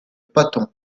patton